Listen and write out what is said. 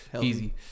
Easy